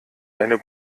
eine